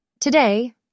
today